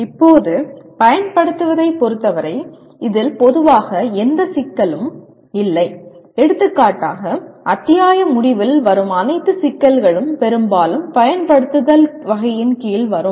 இப்போது பயன்படுத்துவதைப் பொருத்தவரை இதில் பொதுவாக எந்த சிக்கலும் இல்லை எடுத்துக்காட்டாக அத்தியாய முடிவில் வரும் அனைத்து சிக்கல்களும் பெரும்பாலும் 'பயன்படுத்துதல்' வகையின் கீழ் வரும்